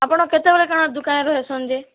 ଆପଣ୍ କେତେବେଳେ କା'ଣା ଦୁକାନେ ରହେସନ୍ ଯେ